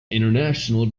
international